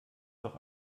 doch